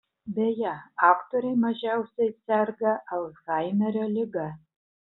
beje aktoriai mažiausiai serga alzhaimerio liga